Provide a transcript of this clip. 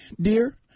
dear